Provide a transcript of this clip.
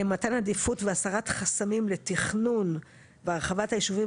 מתן עדיפות והסרת חסמים לתכנון בהרחבת הישובים.